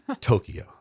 Tokyo